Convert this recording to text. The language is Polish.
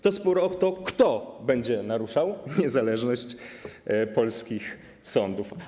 To spór o to, kto będzie naruszał niezależność polskich sądów.